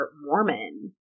Mormon